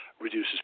reduces